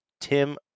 Tim